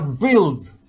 build